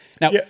Now